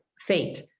fate